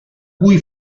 cui